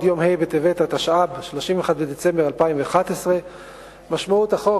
יום ה' בטבת התשע"ב (31 בדצמבר 2011). משמעות החוק,